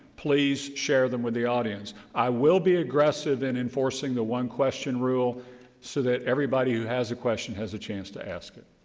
please share them with the audience. i will be aggressive in enforcing the one question rule so that everybody who has a question has a chance to ask it.